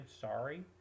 sorry